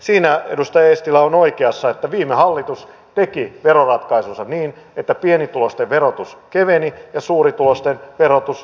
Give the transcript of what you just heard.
siinä edustaja eestilä on oikeassa että viime hallitus teki veroratkaisunsa niin että pienituloisten verotus keveni ja suurituloisten verotus kiristyi